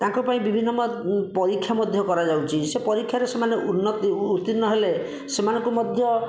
ତାଙ୍କ ପାଇଁ ବିଭିନ୍ନ ପରୀକ୍ଷା ମଧ୍ୟ କରାଯାଉଛି ସେ ପରୀକ୍ଷାରେ ସେମାନେ ଉତ୍ତୀର୍ଣ୍ଣ ହେଲେ ସେମାନଙ୍କୁ ମଧ୍ୟ